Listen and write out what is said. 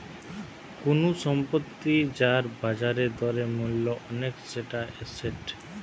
কুনু সম্পত্তি যার বাজার দরে মূল্য অনেক সেটা এসেট